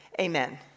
Amen